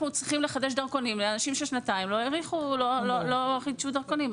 צריכים לחדש דרכונים לאנשים ששנתיים לא חידשו אותם.